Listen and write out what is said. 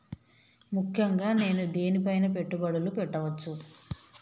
ముఖ్యంగా నేను దేని పైనా పెట్టుబడులు పెట్టవచ్చు?